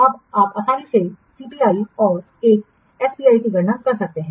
अब आप आसानी से सीपीआई और एक एसपीआई की गणना कर सकते हैं